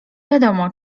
wiadomo